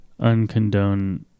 Uncondone